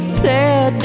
sad